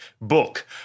book